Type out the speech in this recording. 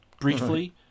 briefly